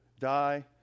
die